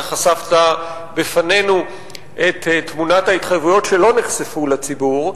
חשפת בפנינו את תמונת ההתחייבויות שלא נחשפו לציבור,